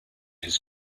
his